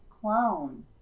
clone